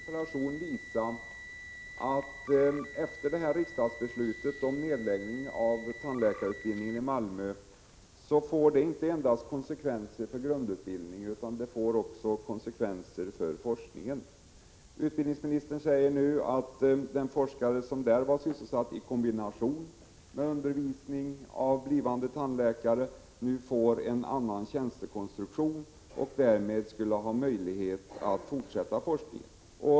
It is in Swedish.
Herr talman! Jag ville med min interpellation visa att riksdagsbeslutet om nedläggning av tandläkarutbildningen i Malmö får konsekvenser inte endast för grundutbildningen utan också för forskningen. Utbildningsministern säger att den forskare som var sysselsatt med forskning i kombination med undervisning av blivande tandläkare nu får en annan tjänstekonstruktion och därmed skulle ha möjlighet att fortsätta forskningen.